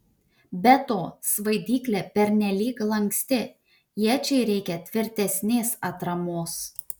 be to svaidyklė pernelyg lanksti iečiai reikia tvirtesnės atramos